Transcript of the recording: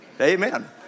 Amen